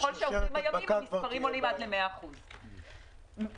ככל שעוברים הימים המספרים עולים עד 100%. עכשיו,